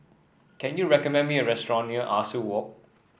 can you recommend me a restaurant near Ah Soo Walk